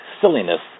silliness